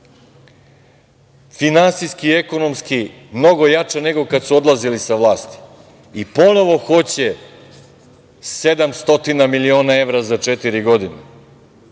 finansijski i ekonomski mnogo jača nego kad su odlazili sa vlasti i ponovo hoće 700 miliona evra za četiri godine.